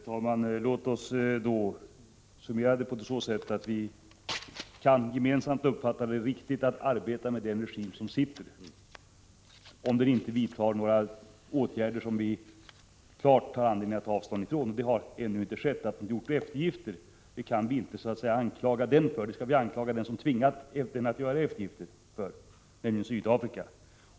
Herr talman! Låt oss då summera debatten så, att vi gemensamt uppfattar det som riktigt att arbeta med den regim som finns i Lesotho, om den inte vidtar några åtgärder som vi har anledning att klart ta avstånd från, och det har ännu inte skett. Att den gjort eftergifter kan vi inte anklaga den för — det skall vi anklaga den regim för som tvingat den att göra eftergifter, nämligen Sydafrika.